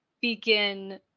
begin